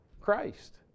Christ